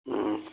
ꯎꯝ